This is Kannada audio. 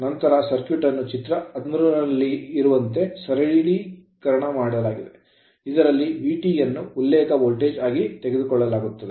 ನಂತರ ಸರ್ಕ್ಯೂಟ್ ಅನ್ನು ಚಿತ್ರ 13 ರಲ್ಲಿರುವಂತೆ ಸರಳೀಕರಿಸಲಾಯಿತು ಇದರಲ್ಲಿ VT ಯನ್ನು ಉಲ್ಲೇಖ ವೋಲ್ಟೇಜ್ ಆಗಿ ತೆಗೆದುಕೊಳ್ಳಲಾಗುತ್ತದೆ